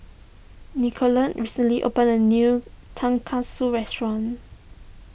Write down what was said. Nicolette recently opened a new Tonkatsu restaurant